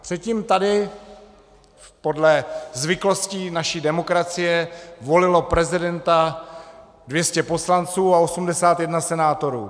Předtím tady, podle zvyklostí naší demokracie, volilo prezidenta 200 poslanců a 81 senátorů.